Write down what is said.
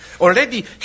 already